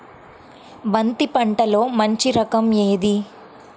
బంతి పంటలో మంచి రకం ఏది?